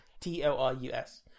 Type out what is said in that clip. t-o-r-u-s